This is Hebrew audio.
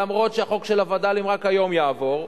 למרות שהחוק של הווד"לים רק היום יעבור,